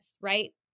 Right